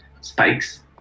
spikes